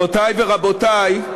גבירותי ורבותי,